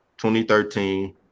2013